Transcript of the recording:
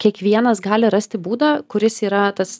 kiekvienas gali rasti būdą kuris yra tas